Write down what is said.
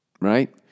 right